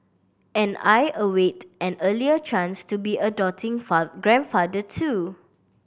and I await an earlier chance to be a doting grandfather too